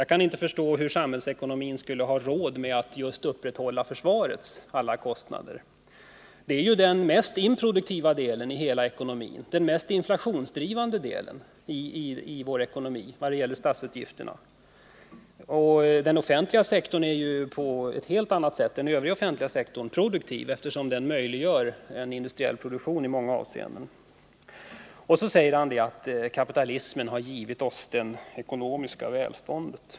Jag kan inte förstå att samhällsekonomin skulle ha råd med att klara just försvarets alla kostnader. Försvaret är ju den mest improduktiva delen av ekonomin och den mest inflationsdrivande delen i vad gäller statsutgifterna. Den övriga offentliga sektorn är ju på ett helt annat sätt produktiv, eftersom den i många avseenden möjliggör en industriell produktion. Per Petersson sade att kapitalismen har gett oss det ekonomiska välståndet.